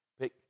pick